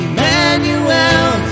Emmanuel